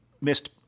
missed